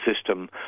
system